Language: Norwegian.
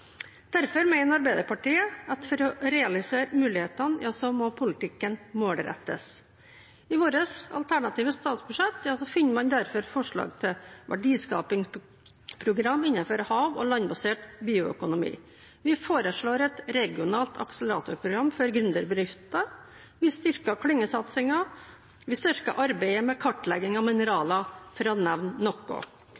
Derfor mener Arbeiderpartiet at for å realisere mulighetene må politikken målrettes. I vårt alternative statsbudsjett finner man derfor forslag til verdiskapingsprogram innenfor hav- og landbasert bioøkonomi, vi foreslår et regionalt akseleratorprogram for gründerbedrifter, vi styrker klyngesatsingen, og vi styrker arbeidet med kartlegging av